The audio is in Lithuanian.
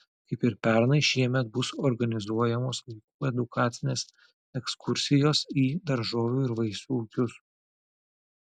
kaip ir pernai šiemet bus organizuojamos vaikų edukacines ekskursijos į daržovių ir vaisių ūkius